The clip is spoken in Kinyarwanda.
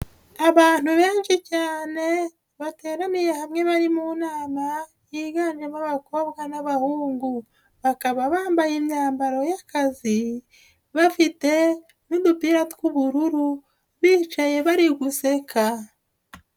Abantu benshi cyane bateraniye hamwe bari mu nama yiganjemo abakobwa n'abahungu, bakaba bambaye imyambaro y'akazi bafite n'udupira tw'ubururu bicaye bari guseka.